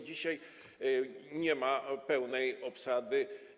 Dzisiaj nie ma pełnej obsady.